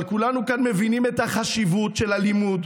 מבינים את החשיבות של הלימוד.